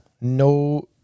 No